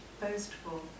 boastful